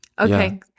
Okay